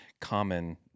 common